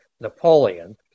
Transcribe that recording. Napoleon